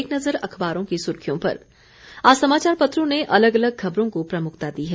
एक नज़र अखबारों की सुर्खियों पर आज समाचार पत्रों ने अलग अलग खबरों को प्रमुखता दी है